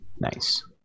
Nice